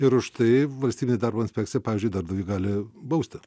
ir už tai valstybinė darbo inspekcija pavyzdžiui darbdavį gali bausti